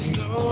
no